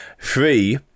three